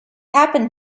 happened